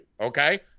okay